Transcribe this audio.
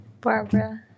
Barbara